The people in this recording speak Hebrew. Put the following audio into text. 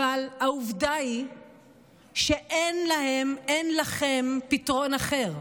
אבל העובדה היא שאין להם, אין לכם, פתרון אחר.